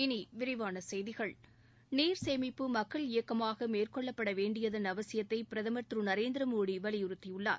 இனி விரிவான செய்திகள் நீர் சேமிப்பு மக்கள் இயக்கமாக மேற்கொள்ளப்பட வேண்டியதன் அவசியத்தை பிரதமர் திரு நரேந்திரமோடி வலியுறுத்தியுள்ளார்